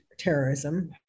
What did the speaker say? Terrorism